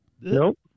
Nope